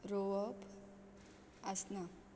रोवप आसना